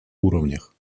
уровнях